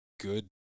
good